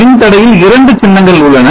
மின்தடையில் இரண்டு சின்னங்கள் உள்ளன